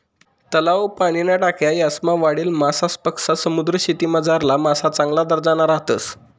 तलाव, पाणीन्या टाक्या यासमा वाढेल मासासपक्सा समुद्रीशेतीमझारला मासा चांगला दर्जाना राहतस